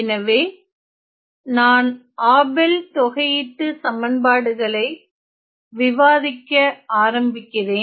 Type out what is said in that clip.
எனவே நான் ஆபெல் தொகையீட்டுச்சமன்பாடுகளை Abels integral equations விவாதிக்க ஆரம்பிக்கிறேன்